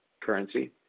currency